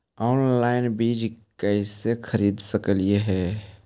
Online बीज कईसे खरीद सकली हे?